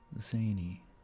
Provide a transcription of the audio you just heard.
Zany